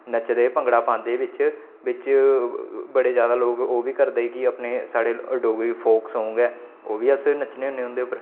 नचदे भंगडा पांदे बिच्च बिच्च बड़े ज्यादा लोक ओह् बी करदे कि अपने साढ़े डोगरी फोक सांग ऐ ओह् बी अस नचन्ने होन्ने उं'दे उप्पर